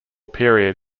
period